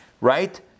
right